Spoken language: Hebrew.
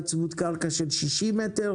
אבל אחד שיש לו זכאות ומצבו הכספי מאפשר לו,